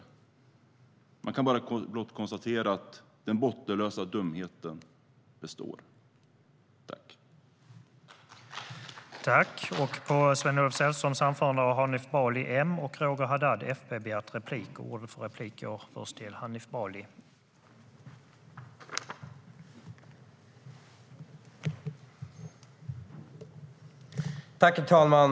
Man kan blott konstatera att den bottenlösa dumheten består.